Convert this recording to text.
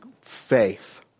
faith